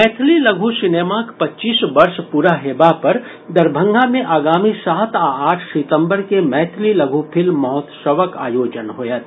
मैथिली लघु सिनेमाक पच्चीस वर्ष पूरा हेबा पर दरभंगा मे आगामी सात आ आठ सितम्बर के मैथिली लघु फिल्म महोत्सवक आयोजन होयत